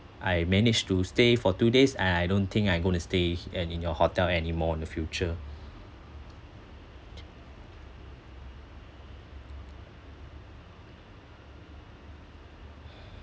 I managed to stay for two days and I don't think I'm going to stay h~ and in your hotel anymore in the future